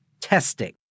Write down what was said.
testing